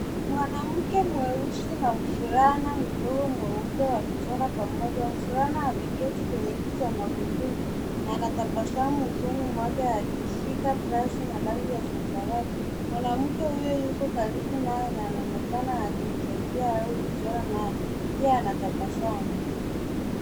Mwanamke mweusi na mvulana mdogo mweupe wakichora pamoja. Mvulana ameketi kwenye kiti cha magurudumu na anatabasamu usoni mwake akishika brashi la rangi ya zambarau. Mwanamke huyo yuko karibu naye na anaonekana akimsaidia au kuchora, naye pia anatabasamu.